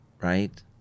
right